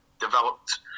developed